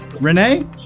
Renee